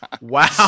Wow